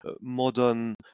modern